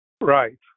Right